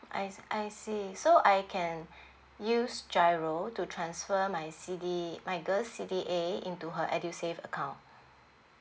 I s~ I see so I can use GIRO to transfer my C_D~ my girl's C_D_A into her edusave account